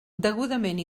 degudament